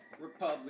Republic